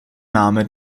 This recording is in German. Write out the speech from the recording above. name